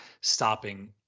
stopping